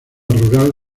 rural